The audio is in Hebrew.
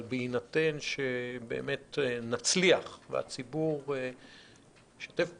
בהינתן שבאמת נצליח והציבור ישתף פעולה,